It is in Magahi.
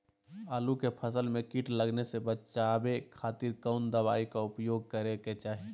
आलू के फसल में कीट लगने से बचावे खातिर कौन दवाई के उपयोग करे के चाही?